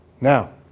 Now